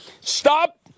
stop